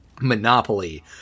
monopoly